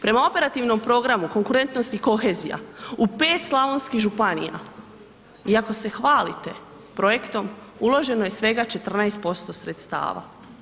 Prema operativnom programu konkurentnost i kohezija, u 5 slavonskih županija, iako se hvalite projektom, uloženo je svega 14% sredstava.